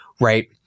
right